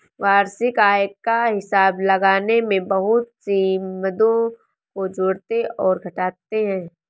वार्षिक आय का हिसाब लगाने में बहुत सी मदों को जोड़ते और घटाते है